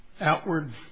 outward